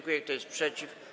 Kto jest przeciw?